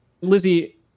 Lizzie